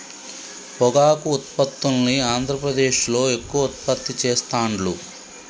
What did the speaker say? పొగాకు ఉత్పత్తుల్ని ఆంద్రప్రదేశ్లో ఎక్కువ ఉత్పత్తి చెస్తాండ్లు